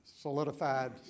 solidified